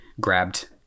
grabbed